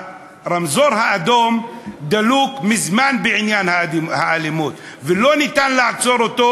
הרמזור האדום דלוק מזמן בעניין האלימות ואי-אפשר לכבות אותו